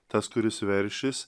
tas kuris veršis